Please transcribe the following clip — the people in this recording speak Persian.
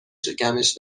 شکمش